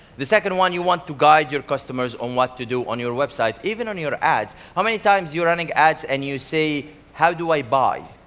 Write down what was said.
the second one, you want to guide your customers on what to do on your website, even on your ads. how many times you're running ads and you say, how do i buy?